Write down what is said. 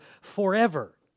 forever